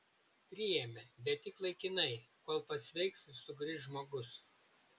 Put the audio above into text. priėmė bet tik laikinai kol pasveiks ir sugrįš žmogus